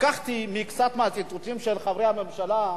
לקחתי מקצת מהציטוטים של חברי הממשלה.